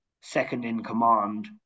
second-in-command